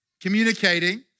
communicating